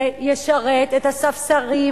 זה ישרת את הספסרים,